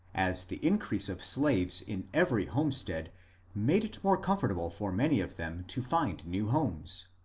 as the increase of slaves in every home stead made it more comfortable for many of them to find new homes.